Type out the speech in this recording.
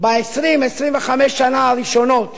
ב-20 25 השנה הראשונות